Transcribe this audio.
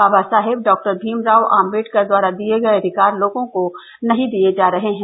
बाबा Saheb doctor Bhimrao Ambedkar द्वारा दिये गये अधिकार लोगों को नही दिये जा रहे हैं